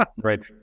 Right